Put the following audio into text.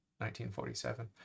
1947